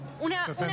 Una